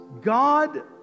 God